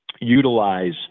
utilize